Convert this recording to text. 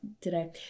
today